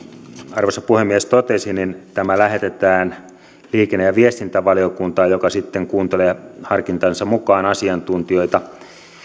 arvoisa puhemies totesi tämä lähetetään liikenne ja viestintävaliokuntaan joka sitten kuuntelee harkintansa mukaan asiantuntijoita